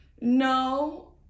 No